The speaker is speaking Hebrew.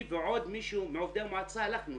אני ועוד מישהו מעובדי המועצה הלכנו,